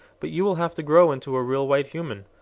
but you will have to grow into a real white human.